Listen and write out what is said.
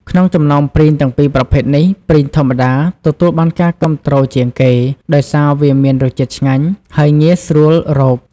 ក្នុងចំណោមព្រីងទាំងពីរប្រភេទនេះ ព្រីងធម្មតា ទទួលបានការគាំទ្រជាងគេ ដោយសារវាមានរសជាតិឆ្ងាញ់ ហើយងាយស្រួលរក។